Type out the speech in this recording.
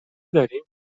داریم